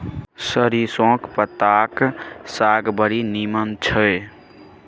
सरिसौंक पत्ताक साग बड़ नीमन छै